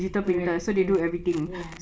correct correct ya